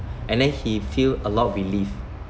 and then he feel a lot of relief